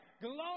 glory